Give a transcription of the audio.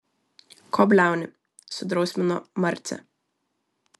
ko bliauni sudrausmino marcę